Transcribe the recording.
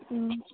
ꯎꯝ